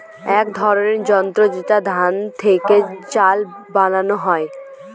এক ধরনের যন্ত্র যেটাতে ধান থেকে চাল বানায়